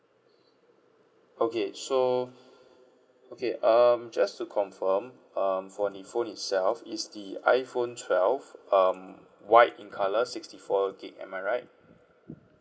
okay so okay um just to confirm um for the phone itself is the iphone twelve um white in colour sixty four gig am I right